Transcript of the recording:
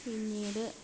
പിന്നീട്